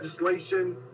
legislation